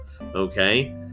okay